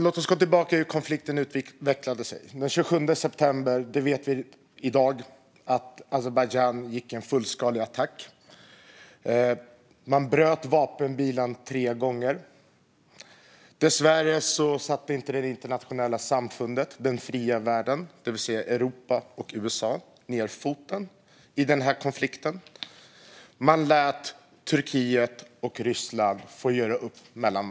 Låt oss gå tillbaka till hur konflikten utvecklades. Vi vet i dag att Azerbajdzjan den 27 september gjorde en fullskalig attack. Man bröt vapenvilan tre gånger. Dessvärre satte inte det internationella samfundet, den fria världen, det vill säga Europa och USA, ned foten i den här konflikten. Man lät Turkiet och Ryssland få göra upp sinsemellan.